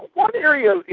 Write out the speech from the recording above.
one area,